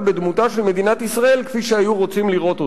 בדמותה של מדינת ישראל כפי שהיו רוצים לראות אותה,